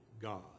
God